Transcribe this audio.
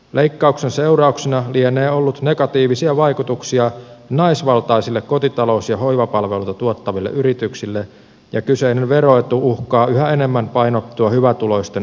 leikkauksen seurauksena lienee ollut negatiivisia vaikutuksia naisvaltaisille kotitalous ja hoivapalveluita tuottaville yrityksille ja kyseinen veroetu uhkaa yhä enemmän painottua hyvätuloisten etuoikeudeksi